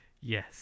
Yes